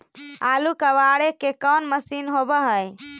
आलू कबाड़े के कोन मशिन होब है?